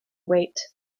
wait